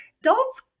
Adults